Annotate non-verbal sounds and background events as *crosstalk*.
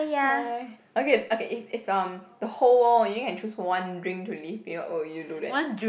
*noise* okay okay if if um the whole world you only can choose one drink to live with what would you do that